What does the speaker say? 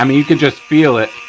um you can just feel it.